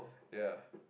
ya